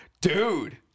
Dude